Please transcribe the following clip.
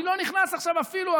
אני לא נכנס אפילו,